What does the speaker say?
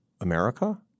America